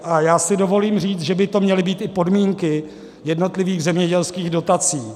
A já si dovolím říct, že by to měly být i podmínky jednotlivých zemědělských dotací.